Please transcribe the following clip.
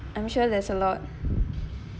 I'm sure there's a lot